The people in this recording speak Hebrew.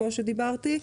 כמו שאמרתי.